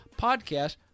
podcast